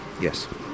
Yes